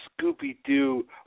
Scooby-Doo